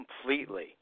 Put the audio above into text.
completely